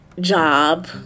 job